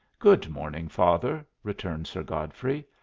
good-morning, father, returned sir godfrey.